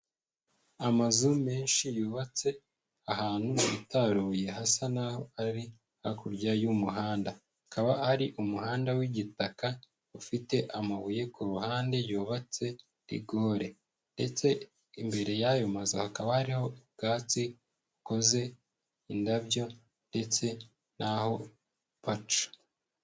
Amazu menshi yubatse ahantu hitaruye hasa naho ari hakurya y'umuhanda, hakaba hari umuhanda w'igitaka ufite amabuye ku ruhande yubatse rigore, ndetse imbere yayo mazu hakaba hariho ubwatsi bukoze indabyo ndetse n'aho baca.